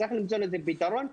צריך למצוא לזה פתרון.